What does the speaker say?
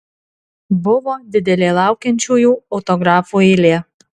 buvo didelė laukiančiųjų autografų eilė